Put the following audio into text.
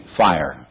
fire